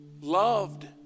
loved